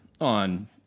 on